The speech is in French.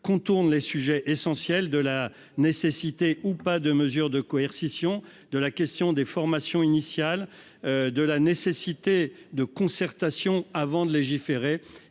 contourne les sujets essentiels de la nécessité ou pas de mesures de coercition de la question des formations initiales de la nécessité de concertation avant de légiférer